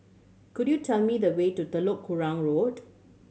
could you tell me the way to Telok Kurau Road